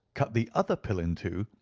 cut the other pill in two,